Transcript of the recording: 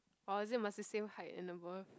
or is it must be same height and above